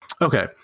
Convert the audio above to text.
okay